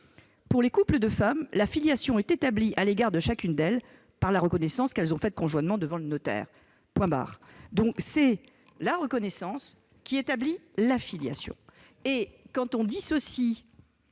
Pour les couples de femmes, la filiation est établie à l'égard de chacune d'elles par la reconnaissance qu'elles ont faite conjointement devant le notaire. » Dans votre système, c'est donc la reconnaissance qui établit la filiation. Exactement ! Dissocier